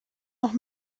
noch